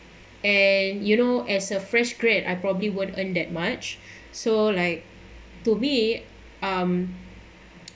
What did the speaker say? and you know as a fresh grad I probably won't earn that much so like to me um